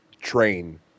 train